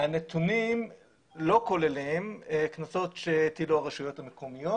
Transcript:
הנתונים לא כוללים קנסות שהטילו הרשויות המקומיות.